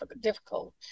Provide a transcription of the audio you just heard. difficult